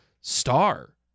star